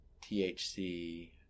THC